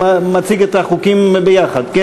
מציג את החוקים ביחד, כן?